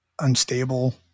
unstable